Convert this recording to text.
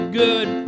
good